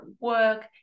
work